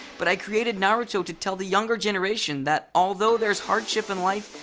but i created naruto to tell the younger generation that although there's hardship in life,